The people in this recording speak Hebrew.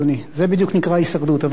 עוד דקה, בבקשה.